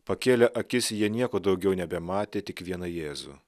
pakėlę akis jie nieko daugiau nebematė tik vieną jėzų